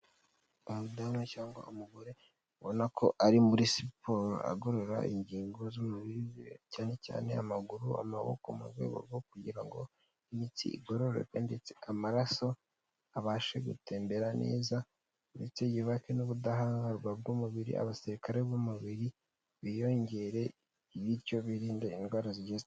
Umudamu cyangwa umugore abona ko ari muri siporo agorora ingingo z'umubiri ze cyane cyane amaguru n'amaboko mu rwego rwo kugira ngo imitsi igororoke ndetse amaraso abashe gutembera neza ndetse yubake n'ubudahangarwa bw'umubiri abasirikare b'umubiri biyongere bityo biririnde indwara zigiye zi...